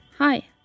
Hi